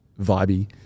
vibey